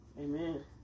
Amen